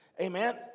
Amen